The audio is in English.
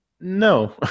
No